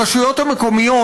הרשויות המקומיות,